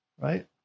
right